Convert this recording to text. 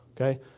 okay